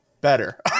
better